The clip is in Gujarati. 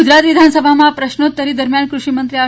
ગુજરાત વિધાનસભામા પ્રશ્નોતરી દરમિયાન કૃષિમંત્રી આર